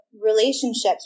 relationships